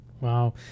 Wow